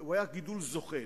היה גידול זוחל.